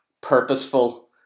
purposeful